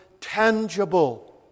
tangible